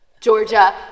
Georgia